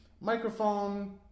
microphone